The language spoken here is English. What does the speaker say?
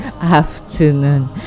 afternoon